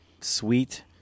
sweet